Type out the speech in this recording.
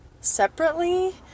separately